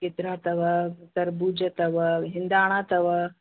गिदरा अथव तरबूज अथव हिंदाणा अथव